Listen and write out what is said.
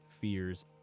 fears